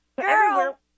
girl